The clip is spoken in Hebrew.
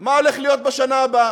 מה הולך להיות בשנה הבאה.